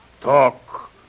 Talk